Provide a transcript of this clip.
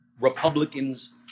Republicans